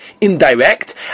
indirect